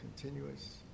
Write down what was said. continuous